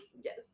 Yes